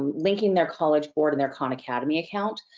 linking their college board and their khan academy account.